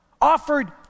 offered